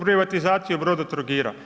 Privatizaciju Brodotrogira?